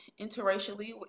interracially